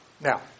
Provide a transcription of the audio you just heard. Now